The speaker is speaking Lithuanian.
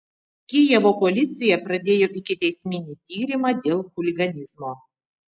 kijevo policija pradėjo ikiteisminį tyrimą dėl chuliganizmo